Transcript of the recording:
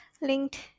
linked